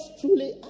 truly